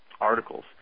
articles